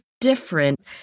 different